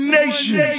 nation